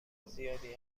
زیادی